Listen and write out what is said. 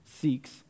seeks